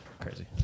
crazy